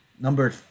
number